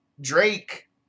Drake